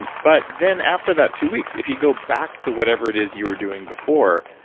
and but then after that two weeks, if you go back to whatever it is you were doing before,